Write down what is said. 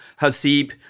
Hasib